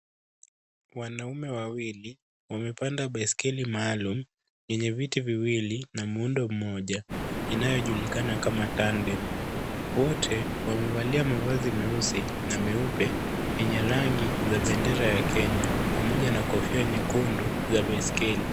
Wanaume wawili wamepanda baiskeli maalum , yenye viti viwili na muundo mmoja inayojulikana kama Tandemu. Wote wamevalia mavazi meusi na meupe yenye rangi za bendera ya Kenya pamoja na kofia nyekundu za baiskeli.